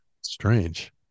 strange